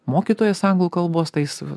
mokytojas anglų kalbos tai jis